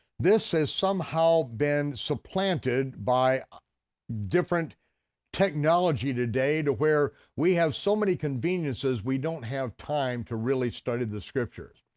this has somehow been supplanted by different technology today to where we have so many conveniences we don't have time to really study the scriptures.